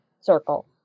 circle